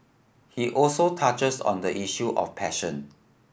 he also touches on the issue of passion